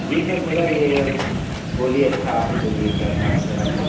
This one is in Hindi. जी सर मेरा ये बोलिए अच्छा आप ही बोलिए क्या था सर आपका